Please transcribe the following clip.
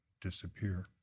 disappear